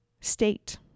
state